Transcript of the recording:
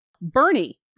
Bernie